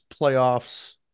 playoffs